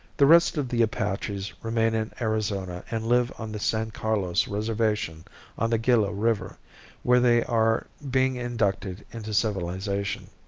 the rest of the apaches remain in arizona and live on the san carlos reservation on the gila river where they are being inducted into civilization.